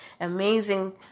amazing